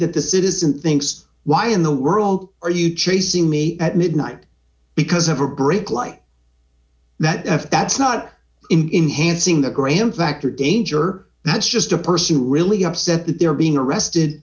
that the citizen thinks why in the world are you chasing me at midnight because of a brick like that that's not enhanced in the graham factor danger that's just a person who really upset that they're being arrested